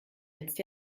jetzt